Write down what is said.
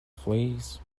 fleas